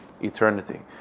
eternity